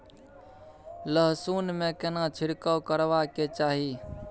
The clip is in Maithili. लहसुन में केना छिरकाव करबा के चाही?